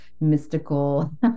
mystical